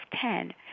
ten